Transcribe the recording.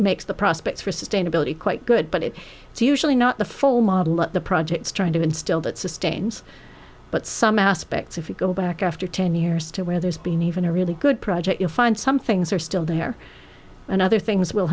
makes the prospects for sustainability quite good but it is usually not the full model but the projects trying to instill that sustains but some aspects of it go back after ten years to where there's been even a really good project you find some things are still there and other things will